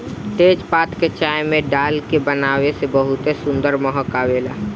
तेजपात के चाय में डाल के बनावे से बहुते सुंदर महक आवेला